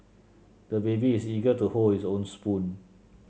the baby is eager to hold his own spoon